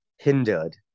hindered